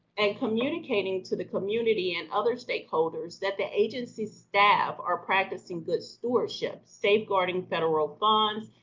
and communicating to the community and other stakeholders that the agency staff are practicing good stewardship, safeguarding federal funds,